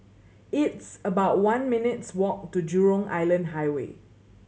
it's about one minutes' walk to Jurong Island Highway